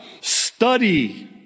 study